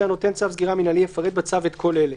הנותן צו סגירה מינהלי יפרט בצו את כל אלה: